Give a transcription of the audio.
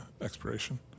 expiration